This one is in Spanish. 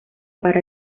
para